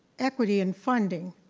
equity in funding.